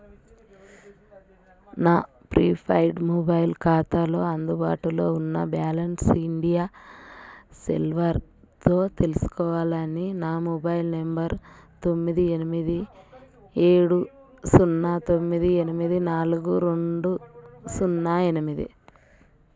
నా prepaid mobile ఖాతాలో అందుబాటులో ఉన్న బ్యాలెన్స్ ఐడియా సెల్యులార్తో తెలుసుకోవాలని నా మొబైల్ నెంబర్ తొమ్మిది ఎనిమిది ఏడు సున్నా తొమ్మిది ఎనిమిది నాలుగు రెండు సున్నా ఎనిమిది